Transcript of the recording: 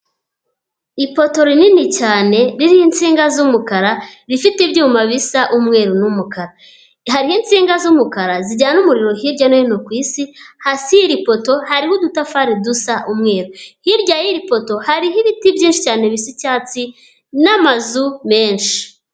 Ipoto rinini cyane ririho itsinga z'umukara rifite ibyuma bisa umweru n'umukara, hariho itsinga z'umukara zijyana umuriro hirya no hino ku Isi, hasi y'iri poto harimo udutafari dusa umweru, hirya y'iri poto hariho ibiti byinshi cyane bisa icyatsi n'amazu menshi.